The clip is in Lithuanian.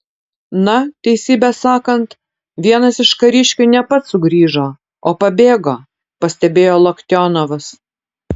na teisybę sakant vienas iš kariškių ne pats sugrįžo o pabėgo pastebėjo loktionovas